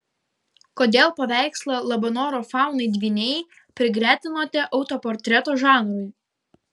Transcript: kodėl paveikslą labanoro faunai dvyniai prigretinote autoportreto žanrui